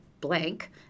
blank